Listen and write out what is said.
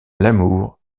l’amour